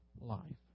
life